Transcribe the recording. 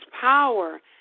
power